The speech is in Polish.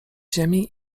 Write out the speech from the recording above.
ziemi